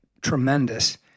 tremendous